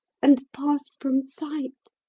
and passed from sight.